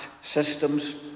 systems